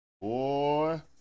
Boy